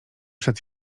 przed